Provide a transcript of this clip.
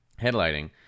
Headlighting